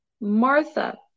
Martha